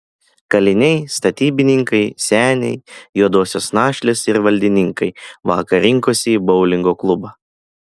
kaliniai statybininkai seniai juodosios našlės ir valdininkai vakar rinkosi į boulingo klubą